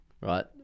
right